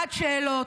בעד שאלות,